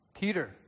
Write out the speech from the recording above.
Peter